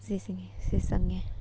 ꯁꯤꯁꯤꯅꯦ ꯁꯤ ꯆꯡꯉꯦ